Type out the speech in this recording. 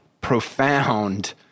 profound